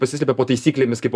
pasislepia po taisyklėmis kaip